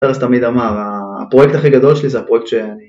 פרס תמיד אמר, הפרויקט הכי גדול שלי זה הפרויקט שאני...